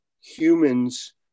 humans